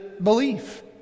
belief